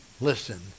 Listen